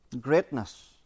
Greatness